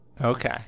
Okay